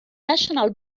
national